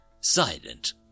silent